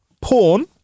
Porn